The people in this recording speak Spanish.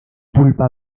pulpa